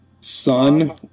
son